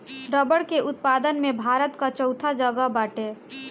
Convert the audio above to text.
रबड़ के उत्पादन में भारत कअ चउथा जगह बाटे